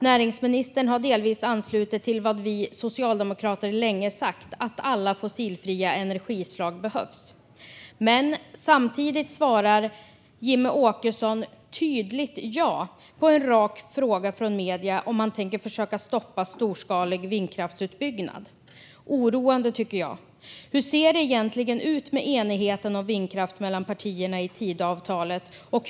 Näringsministern har delvis anslutit sig till vad vi socialdemokrater länge sagt: att alla fossilfria energislag behövs. Men samtidigt svarar Jimmie Åkesson tydligt ja på en rak fråga från medier om huruvida han tänker försöka stoppa storskalig vindkraftsutbyggnad. Det är oroande, tycker jag. Hur ser det egentligen ut med enigheten om vindkraft mellan partierna i Tidöavtalet?